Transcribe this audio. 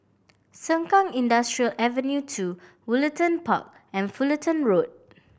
Sengkang Industrial Avenue Two Woollerton Park and Fullerton Road